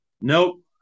Nope